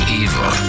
evil